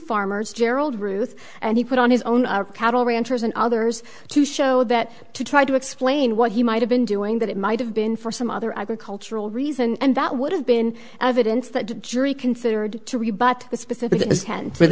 farmers gerald ruth and he put on his own cattle ranchers and others to show that to try to explain what he might have been doing that it might have been for some other agricultural reason and that would have been evidence that the jury considered to rebut the specific intent but